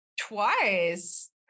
Twice